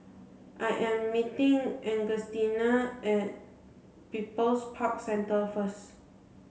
I am meeting Augustina at People's Park Centre first